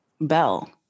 bell